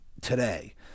today